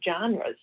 genres